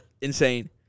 Insane